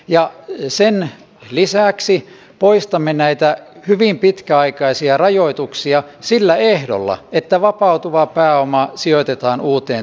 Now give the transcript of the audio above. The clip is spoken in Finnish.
ja sen lisäksi poistamme näitä hyvin pitkäaikaisia rajoituksia sillä ehdolla että vapautuva pääoma sijoitetaan uuteen tuotantoon